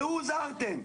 ראו הוזהרתם.